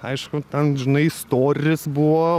aišku ten žinai storis buvo